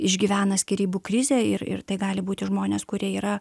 išgyvena skyrybų krizę ir ir tai gali būti žmonės kurie yra